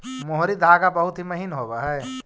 मोहरी धागा बहुत ही महीन होवऽ हई